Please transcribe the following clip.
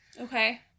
Okay